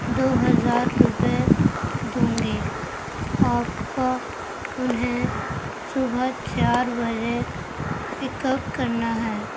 دو ہزار روپئے دوں گی آپ کا انہیں صبح چار بجے پک اپ کرنا ہے